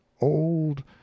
old